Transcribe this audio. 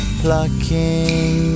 plucking